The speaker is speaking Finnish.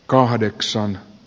kahdeksan